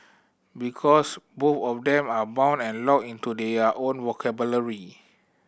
because both of them are bound and locked into their own vocabulary